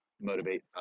motivate